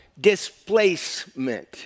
Displacement